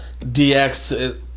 dx